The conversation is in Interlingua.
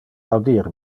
audir